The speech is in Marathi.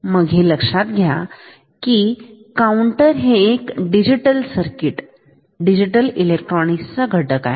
मग हे लक्षात घ्या की काउंटर हे डिजिटल सर्किट डिजिटल इलेक्ट्रॉनिक चा घटक आहे